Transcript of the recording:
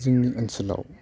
जोंनि ओनसोलाव